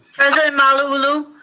president malauulu?